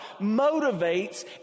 motivates